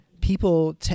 people